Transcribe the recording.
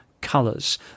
colors